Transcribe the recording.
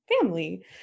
family